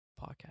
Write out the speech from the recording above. podcast